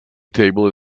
table